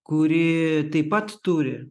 kuri taip pat turi